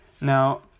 Now